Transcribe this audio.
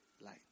Light